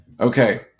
Okay